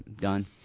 Done